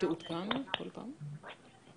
אם